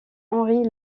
henri